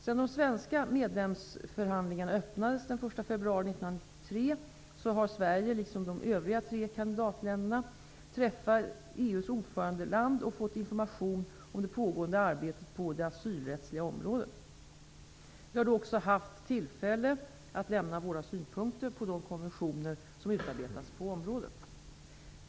Sedan de svenska medlemskapsförhandlingarna öppnades den 1 februari 1993 har Sverige, liksom de övriga tre kandidatländerna, träffat EU:s ordförandeland och fått information om det pågående arbetet på det asylrättsliga området. Vi har då också haft tillfälle att lämna våra synpunkter på de konventioner som utarbetats på området.